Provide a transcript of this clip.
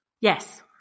Yes